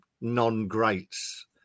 non-greats